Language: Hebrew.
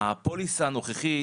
הפוליסה הנוכחית